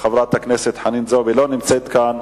חברת הכנסת חנין זועבי, לא נמצאת כאן.